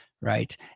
Right